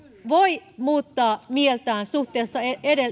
voi muuttaa mieltään suhteessa